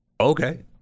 okay